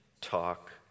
talk